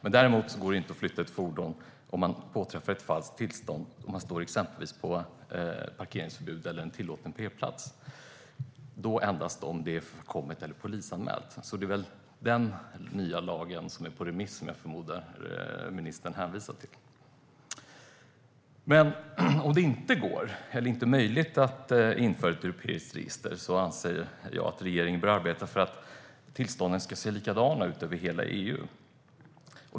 Ett påträffat fordon med falskt tillstånd som står exempelvis där det råder parkeringsförbud eller på en tillåten p-plats kan däremot flyttas endast om det gjorts en polisanmälan. Jag förmodar att ministern hänvisar till den nya lag angående detta som är på remiss. Om det inte är möjligt att införa ett europeiskt register anser jag att regeringen bör arbeta för att tillstånden ska se likadana ut över hela EU.